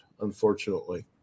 unfortunately